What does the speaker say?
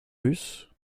russe